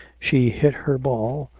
she hit her ball,